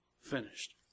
finished